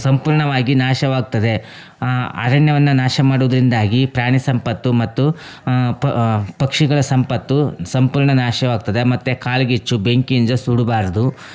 ಸಂಪೂರ್ಣವಾಗಿ ನಾಶವಾಗ್ತದೆ ಅರಣ್ಯವನ್ನು ನಾಶ ಮಾಡೋದ್ರಿಂದಾಗಿ ಪ್ರಾಣಿ ಸಂಪತ್ತು ಮತ್ತು ಪ ಪಕ್ಷಿಗಳ ಸಂಪತ್ತು ಸಂಪೂರ್ಣ ನಾಶವಾಗ್ತದೆ ಮತ್ತು ಕಾಡ್ಗಿಚ್ಚು ಬೆಂಕಿಯಿಂದ ಸುಡಬಾರ್ದು